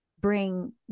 bring